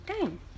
time